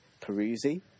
Peruzzi